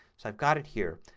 so i've got it here.